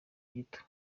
gito